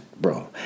bro